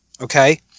okay